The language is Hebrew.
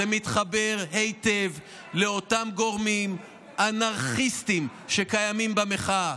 זה מתחבר היטב לאותם גורמים אנרכיסטיים שקיימים במחאה.